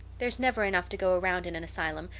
there is never enough to go around in an asylum,